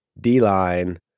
d-line